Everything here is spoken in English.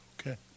Okay